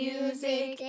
Music